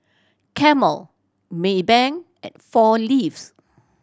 Camel Maybank and Four Leaves